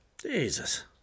Jesus